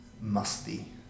Musty